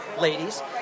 ladies